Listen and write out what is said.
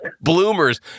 bloomers